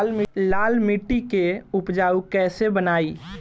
लाल मिट्टी के उपजाऊ कैसे बनाई?